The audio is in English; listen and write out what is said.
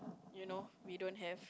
you know we don't have